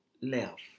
left